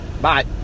Bye